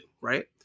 Right